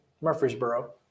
Murfreesboro